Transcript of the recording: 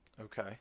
Okay